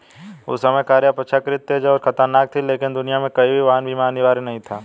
उस समय कारें अपेक्षाकृत तेज और खतरनाक थीं, लेकिन दुनिया में कहीं भी वाहन बीमा अनिवार्य नहीं था